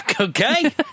Okay